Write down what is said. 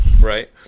right